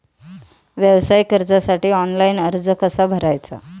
व्यवसाय कर्जासाठी ऑनलाइन अर्ज कसा भरायचा?